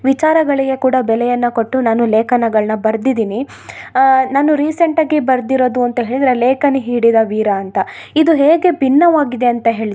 ವಿಚಾರಗಳಿಗೆ ಕೂಡ ಬೆಲೆಯನ್ನು ಕೊಟ್ಟು ನಾನು ಲೇಖನಗಳ್ನ ಬರ್ದಿದೀನಿ ನಾನು ರೀಸೆಂಟಾಗಿ ಬರ್ದಿರೋದು ಅಂತ ಹೇಳಿದ್ರೆ ಲೇಖನಿ ಹಿಡಿದ ವೀರ ಅಂತ ಇದು ಹೇಗೆ ಭಿನ್ನವಾಗಿದೆ ಅಂತ ಹೇಳಿದ್ರೆ